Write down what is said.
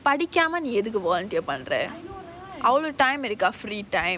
படிக்காம நீ ஏன்:padikaama nee yaen volunteer பண்ற:pandra our time இருக்கா:irukaa free time